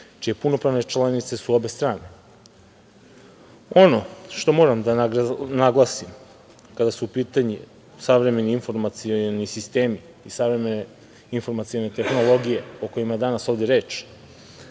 čije pune članice su obe strane. Ono što moram da naglasim, kada su pitanju savremeni informacioni sistemi i savremene informacione tehnologije o kojima je danas ovde reč,